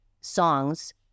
songs